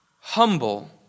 Humble